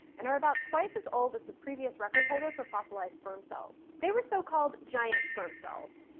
and are about twice as old as the previous record-holder for fossilized sperm cells. they were so-called giant sperm cells.